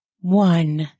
One